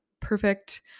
perfect